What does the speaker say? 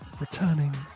returning